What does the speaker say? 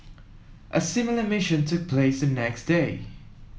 a similar mission took place the next day